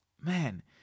man